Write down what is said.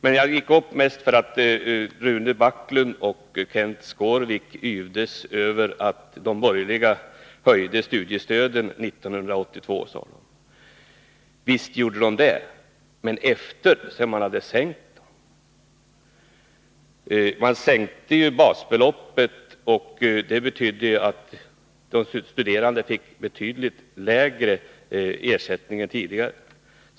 Jag tog till orda mest för att Rune Backlund och Kenth Skårvik yvdes över att de borgerliga höjde studiestöden 1982. Visst gjorde de det, men först efter det att man hade sänkt dem. De sänkte basbeloppet, vilket betydde att de studerande fick betydligt lägre ersättning än tidigare.